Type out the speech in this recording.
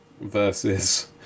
versus